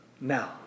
Now